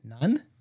none